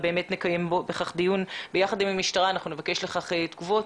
אכן נקיים דיון בנושא יחד עם המשטרה ונבקש תגובות.